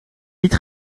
niet